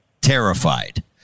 terrified